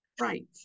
Right